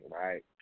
right